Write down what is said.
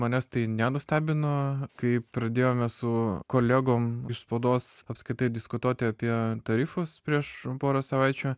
manęs tai nenustebino kai pradėjome su kolegom iš spaudos apskritai diskutuoti apie tarifus prieš porą savaičių